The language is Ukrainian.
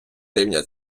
рівня